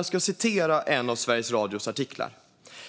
Jag ska citera ur en av Sveriges Radios artiklar: